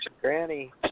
Granny